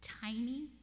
tiny